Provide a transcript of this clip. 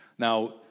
Now